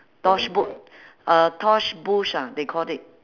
tosh burch uh tosh burch ah they call it